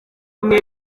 bamwe